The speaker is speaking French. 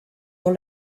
dans